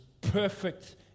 perfect